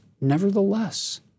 nevertheless